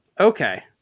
Okay